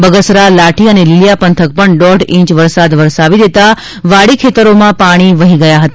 બગસરા લાઠી અને લીલીયા પંથક પર પણ દોઢ ઇંચ વરસાદ વરસાવી દેતા વાડી ખેતરોમાંથી પાણી વહી ગયા હતા